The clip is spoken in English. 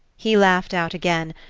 he laughed out again,